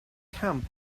camp